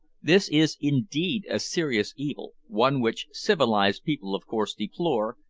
this is indeed a serious evil, one which civilised people of course deplore,